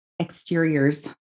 exteriors